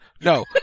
No